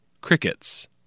Crickets